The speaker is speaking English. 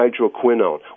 hydroquinone